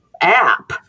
app